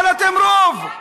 אבל אתם רוב,